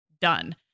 done